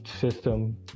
system